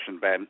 Ben